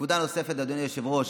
נקודה נוספת, אדוני היושב-ראש,